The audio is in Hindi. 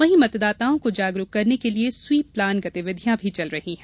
वही मतदाताओं को जागरूक करने के लिए स्वीप प्लान गतिविधियां भी चल रही है